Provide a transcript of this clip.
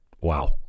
wow